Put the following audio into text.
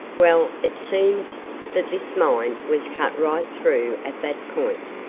well, it seems that this mine was cut right through at that point,